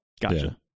Gotcha